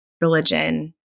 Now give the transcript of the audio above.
religion